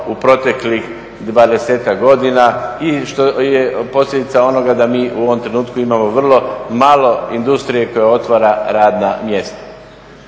u proteklih 20-ak godina i što je posljedica onoga da mi u ovom trenutku imamo vrlo malo industrije koja otvara radna mjesta.